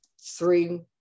Three